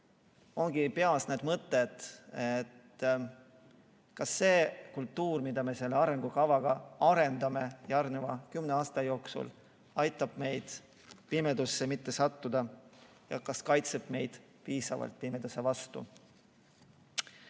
mul peas sellised mõtted. Kas see kultuur, mida me selle arengukavaga arendame järgneva kümne aasta jooksul, aitab meil mitte pimedusse sattuda ja kaitseb meid piisavalt pimeduse vastu?